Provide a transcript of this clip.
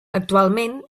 actualment